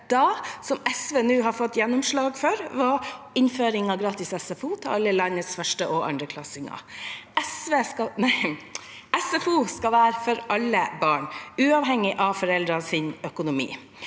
SV nå har fått gjennomslag for, var innføring av gratis SFO til alle landets første- og andreklassinger. SFO skal være for alle barn, uavhengig av foreldrenes økonomi.